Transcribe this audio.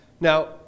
Now